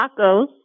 tacos